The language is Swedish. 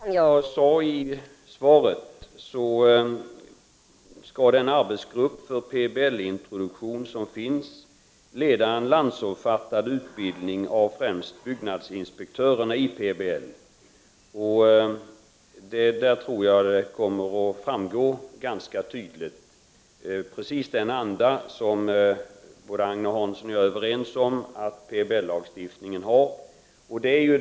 Herr talman! Som jag sade i svaret skall den arbetsgrupp för PBL-introduktion som finns leda en landsomfattande utbildning i PBL av främst byggnadsinspektörerna. Där tror jag att precis den anda som både Agne Hansson och jag är överens om att PBL-lagstiftningen har kommer att framgå ganska tydligt.